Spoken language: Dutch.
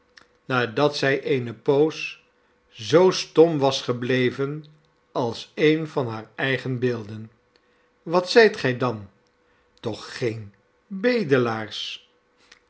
nadat zij eene poos zoo stom was gebleven als een van hare eigen beelden wat zijt gij dan toch geene bedelaars